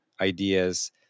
ideas